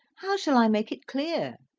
how shall i make it clear?